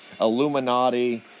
Illuminati